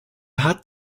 hat